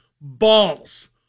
balls